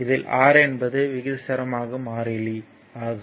இதில் R என்பது விகிதாசாரத்தின் மாறிலி ஆகும்